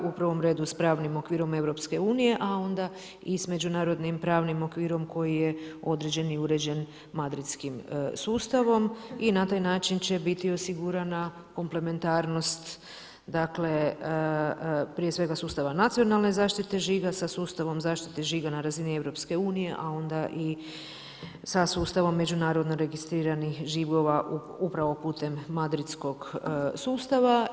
U prvom redu s pravnim okvirom Europske unije, a onda i s međunarodnim pravnim okvirom koji je određen i uređen madridskim sustavom i na taj način će biti osigurana komplementarnost dakle prije svega sustava nacionalne zaštite žiga sa sustavom zaštite žiga na razini Europske unije, a onda i sa sustavom međunarodno registriranih žigova upravo putem madridskog sustava.